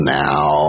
now